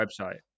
website